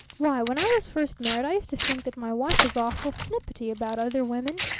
why, when i was first married i used to think that my wife was awful snippety about other women.